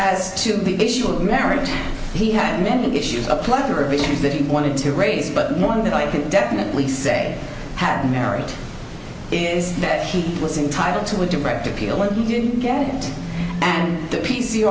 as to the issue of marriage he had many issues a plethora of issues that he wanted to raise but more than that i can definitely say have merit is that he was entitled to a direct appeal when he didn't get it and the